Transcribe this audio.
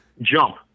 jump